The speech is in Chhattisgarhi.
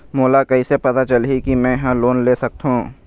मोला कइसे पता चलही कि मैं ह लोन ले सकथों?